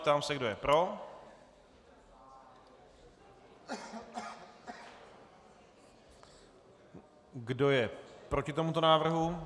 Ptám se, kdo je pro, Kdo je proti tomuto návrhu?